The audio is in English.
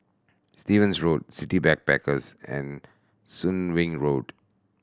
Stevens Road City Backpackers and Soon Wing Road